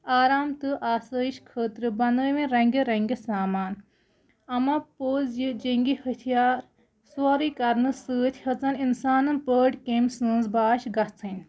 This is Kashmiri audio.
آرام تہٕ آسٲیِش خٲطرٕ بَنٲوِنۍ رنٛگہِ رنٛگہِ سامان اَماپوٚز یہِ جنگی ہتھیار سورُے کَرنہٕ سۭتۍ ہیٚژٕن اِنسانَن پٲٹھۍ کیٚم سٕنٛز باش گژھٕںۍ